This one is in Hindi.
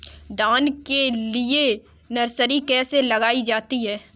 धान के लिए नर्सरी कैसे लगाई जाती है?